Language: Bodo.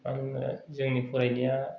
आङो जोंनि फरायनाया